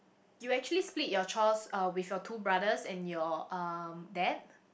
you actually split your chores uh with your two brothers and your um dad